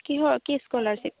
কিহৰ কি স্কলাৰশ্বিপ